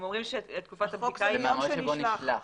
המועד שבו נשלח.